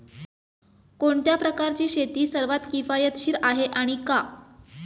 कोणत्या प्रकारची शेती सर्वात किफायतशीर आहे आणि का?